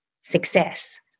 success